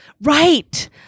Right